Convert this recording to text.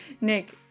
Nick